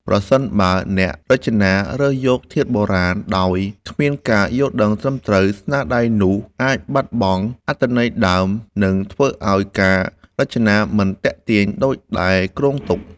ប្រសិនបើអ្នករចនារើសយកធាតុបុរាណដោយគ្មានការយល់ដឹងត្រឹមត្រូវ ស្នាដៃនោះអាចបាត់បង់អត្ថន័យដើម និងធ្វើឲ្យការរចនាមិនទាក់ទាញដូចដែលគ្រោងទុក។